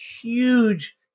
huge